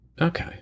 okay